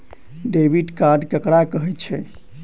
Debit card ककरा कहै छै?